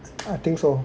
I think so